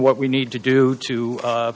what we need to do to